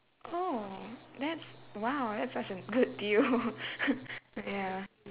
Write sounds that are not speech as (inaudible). oh that's !wow! that's such a good deal (laughs) but ya